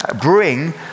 bring